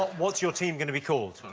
what's your team going to be called?